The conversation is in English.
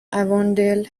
avondale